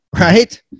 right